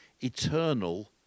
eternal